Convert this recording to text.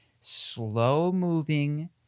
slow-moving